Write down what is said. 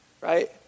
Right